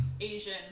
Asian